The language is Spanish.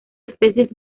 especies